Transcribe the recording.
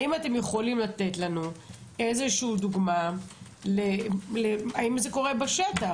האם אתם יכולים לתת לנו דוגמה האם זה קורה בשטח.